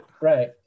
Right